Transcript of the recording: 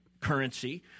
currency